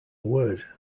word